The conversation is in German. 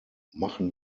machen